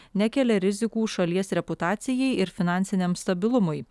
nekelia rizikų šalies reputacijai ir finansiniam stabilumui